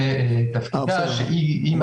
בטבריה ובנוף הגליל.